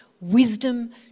wisdom